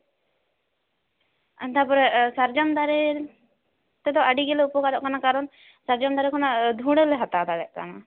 ᱛᱟᱯᱚᱨᱮ ᱥᱟᱨᱡᱚᱢ ᱫᱟᱨᱮ ᱛᱮᱫᱚ ᱟᱹᱰᱤ ᱜᱮᱞᱮ ᱩᱯᱚᱠᱟᱨᱚᱜ ᱠᱟᱱᱟ ᱠᱟᱨᱚᱱ ᱥᱟᱨᱡᱚᱢ ᱫᱟᱨᱮ ᱠᱷᱚᱱᱟᱜ ᱫᱷᱩᱬᱟᱹ ᱞᱮ ᱦᱟᱛᱟᱣ ᱫᱟᱲᱮᱭᱟᱜ ᱠᱟᱱᱟ